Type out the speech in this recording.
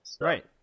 Right